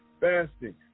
fasting